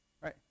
right